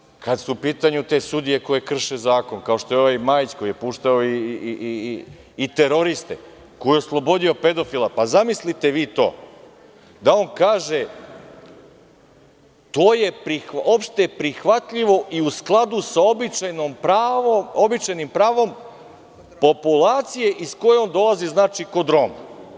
Još nešto, kada su u pitanju te sudije koje krše zakon, kao što je ovaj Majić koji je puštao i teroriste, koji je oslobodio pedofila, pa zamislite vi to da on kaže: „To je opšte prihvatljivo i u skladu sa običajnim pravom populacije iz koje on dolazi, znači kod Roma“